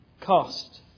cost